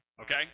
okay